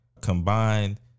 combined